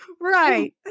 right